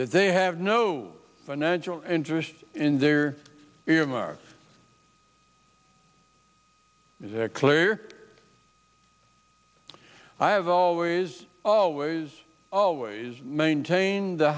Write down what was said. that they have no financial interest in their earmark is a clear i have always always always maintained the